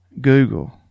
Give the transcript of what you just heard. Google